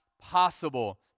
possible